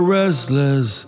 restless